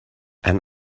and